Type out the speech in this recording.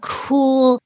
cool